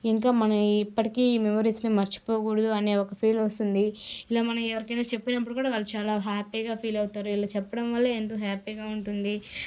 ఇంకా మనం ఇప్పటికీ మెమరీస్ని మర్చిపోకూడదు అనే ఒక ఫీల్ వస్తుంది ఇలా మనం ఎవరికైనా చెప్పుకునప్పుడు కూడా వాళ్ళు చాలా హ్యాపీగా ఫీల్ అవుతారు ఇలా చెప్పడం వల్ల ఎంతో హ్యాపీగా ఉంటుంది